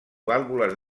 vàlvules